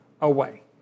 away